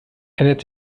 ändert